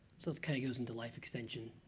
so this kind of goes into life extension